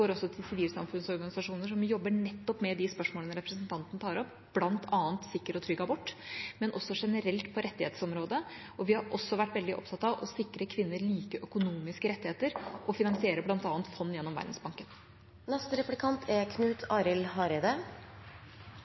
går også til sivilsamfunnsorganisasjoner som jobber nettopp med de spørsmålene representanten tar opp, bl.a. sikker og trygg abort, men også generelt på rettighetsområdet, og vi har også vært veldig opptatt av å sikre kvinner like økonomiske rettigheter og finansierer bl.a. fond gjennom Verdensbanken. Berekraftsmåla er